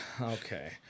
Okay